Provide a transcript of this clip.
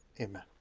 Amen